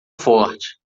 forte